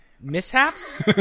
mishaps